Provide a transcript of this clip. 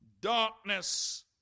darkness